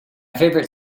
favourite